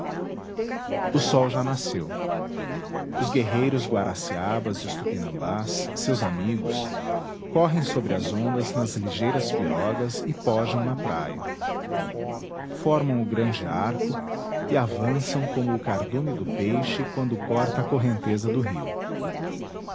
o sol já nasceu os guerreiros guaraciabas e os tupinambás seus amigos correm sobre as ondas nas ligeiras pirogas e pojam na praia formam o grande arco e avançam como o cardume do peixe quando corta a correnteza do rio